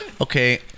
Okay